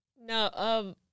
No